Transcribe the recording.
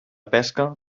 pesca